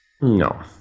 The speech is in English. no